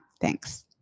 Thanks